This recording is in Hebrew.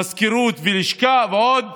מזכירות ולשכה, ועוד